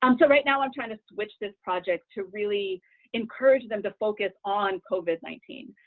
um so right now, i'm trying to switch this project to really encourage them to focus on covid nineteen,